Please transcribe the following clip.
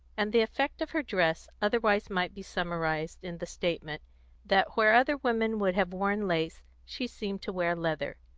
and the effect of her dress otherwise might be summarised in the statement that where other women would have worn lace, she seemed to wear leather.